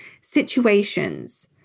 situations